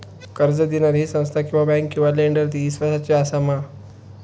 कर्ज दिणारी ही संस्था किवा बँक किवा लेंडर ती इस्वासाची आसा मा?